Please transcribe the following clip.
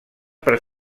per